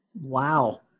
Wow